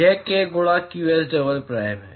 यह k गुणा qs double prime है